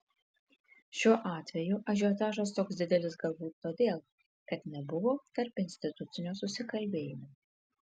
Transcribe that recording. šiuo atveju ažiotažas toks didelis galbūt todėl kad nebuvo tarpinstitucinio susikalbėjimo